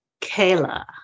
Kayla